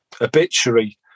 Obituary